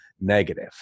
negative